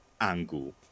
angle